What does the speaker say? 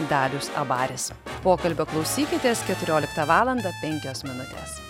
dalius abaris pokalbio klausykitės keturioliktą valandą penkios minutės